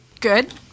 Good